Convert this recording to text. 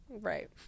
Right